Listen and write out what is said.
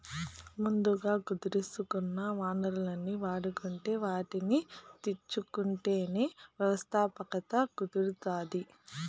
ముందుగా కుదుర్సుకున్న వనరుల్ని వాడుకుంటు వాటిని తెచ్చుకుంటేనే వ్యవస్థాపకత కుదురుతాది